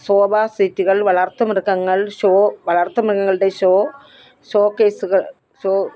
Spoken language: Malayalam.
ശോഭാ സീറ്റുകൾ വളർത്തുമൃഗങ്ങൾ ഷോ വളർത്തുമൃഗങ്ങളുടെ ഷോ ഷോ കേസുക ഷോ